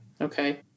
Okay